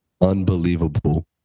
unbelievable